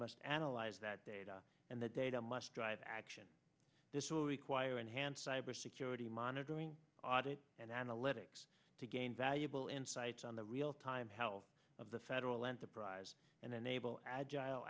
must analyze that data and the data must drive action this will require enhanced cyber secure the monitoring audit and analytics to gain valuable insights on the real time how of the federal enterprise and then able agile